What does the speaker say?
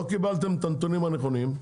לא קיבלתם את הנתונים הנכונים,